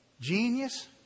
genius